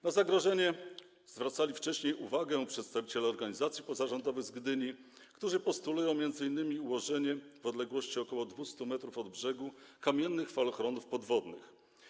Na zagrożenie zwracali wcześniej uwagę przedstawiciele organizacji pozarządowych z Gdyni, którzy postulują m.in. ułożenie w odległości ok. 200 m od brzegu kamiennych falochronów podwodnych.